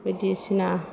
बायदिसिना